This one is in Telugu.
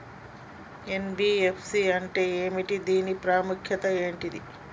ఎన్.బి.ఎఫ్.సి అంటే ఏమిటి దాని ప్రాముఖ్యత ఏంటిది?